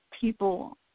people